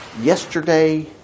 yesterday